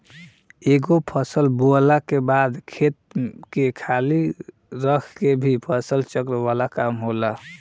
एगो फसल बोअला के बाद खेत के खाली रख के भी फसल चक्र वाला काम होला